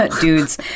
dudes